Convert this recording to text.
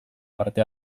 parte